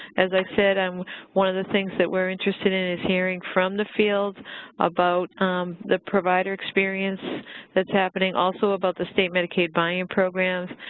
as i said, um one of the things that we're interested in is hearing from the field about the provider experience that's happening, also about the state medicaid buy-in programs.